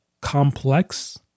complex